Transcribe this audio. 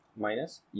minus